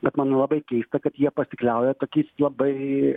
bet man labai keista kad jie pasikliauja tokiais labai